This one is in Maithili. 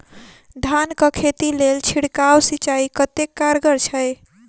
धान कऽ खेती लेल छिड़काव सिंचाई कतेक कारगर छै?